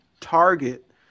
target